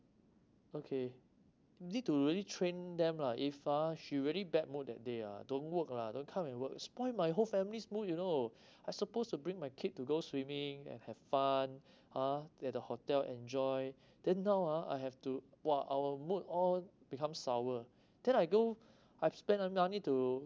okay need to really train them lah if ah she really bad mood that day ah don't work lah don't come and work spoil my whole family's mood you know I supposed to bring my kid to go swimming and have fun ha at the hotel enjoy then now ah I have to !wah! our mood all become sour then I go I've spent a money to